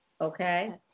Okay